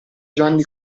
gianni